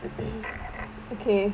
okay